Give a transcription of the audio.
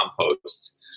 compost